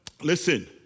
listen